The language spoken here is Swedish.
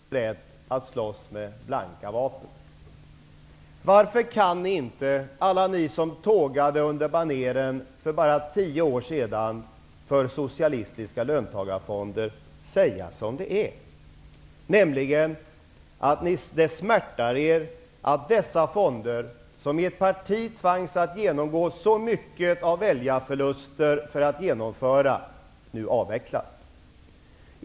Fru talman! Det var väl en final på löntagarfonderna som heter duga! På något sätt skulle det dock kännas rimligare att ha fått föra slutdebatten om löntagarfonderna med ett parti som är berett att slåss med blanka vapen. Varför kan ni inte -- alla ni som tågade under baneren för bara tio år sedan för socialistiska löntagarfonder -- säga som det är: att det smärtar er att dessa fonder, som ert parti tvangs att genomgå så mycket av väljarförluster för att genomföra, nu avvecklas?